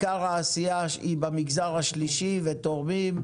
עיקר העשייה היא במגזר השלישי ותורמים,